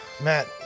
Matt